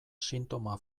sintoma